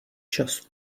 času